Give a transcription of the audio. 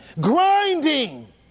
grinding